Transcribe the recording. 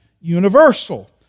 universal